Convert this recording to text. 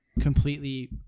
completely